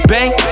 Bang